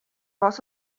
was